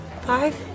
Five